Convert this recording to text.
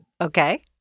Okay